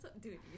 dude